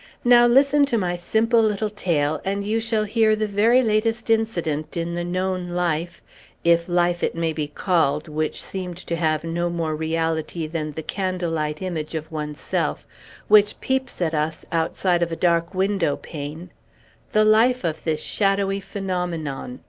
now, listen to my simple little tale, and you shall hear the very latest incident in the known life if life it may be called, which seemed to have no more reality than the candle-light image of one's self which peeps at us outside of a dark windowpane the life of this shadowy phenomenon.